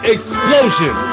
Explosion